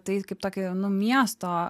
tai kaip tokį miesto